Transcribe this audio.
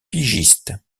pigiste